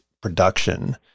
production